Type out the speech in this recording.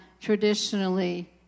traditionally